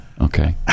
Okay